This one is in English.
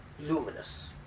luminous